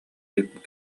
илик